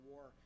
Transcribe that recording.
War